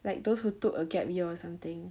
like those who took a gap year or something